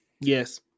Yes